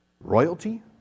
royalty